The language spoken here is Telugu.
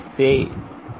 G